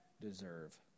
deserve